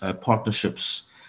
partnerships